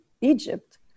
Egypt